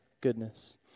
goodness